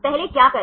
पहले क्या करें